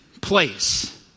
place